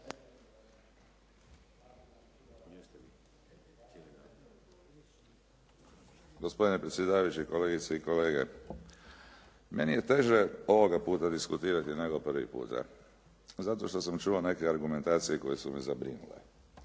Gospodine predsjedavajući, kolegice i kolege. Meni je teže ovoga puta diskutirati, nego prvi puta, zato što sam čuo neke argumentacije koje su me zabrinule.